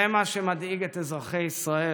זה מה שמדאיג את אזרחי ישראל,